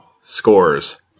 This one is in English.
scores